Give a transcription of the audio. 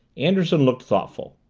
anderson looked thoughtful.